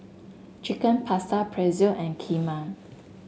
Chicken Pasta Pretzel and Kheema